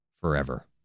forever